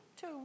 Two